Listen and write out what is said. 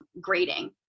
grading